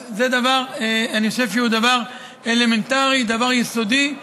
זה דבר שאני חושב שהוא דבר אלמנטרי, דבר יסודי,